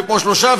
פה שלושה,